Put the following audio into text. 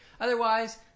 Otherwise